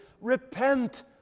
Repent